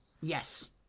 Yes